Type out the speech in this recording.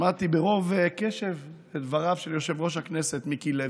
שמעתי ברוב קשב את דבריו של יושב-ראש הכנסת מיקי לוי,